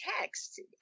text